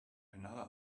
another